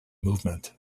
movement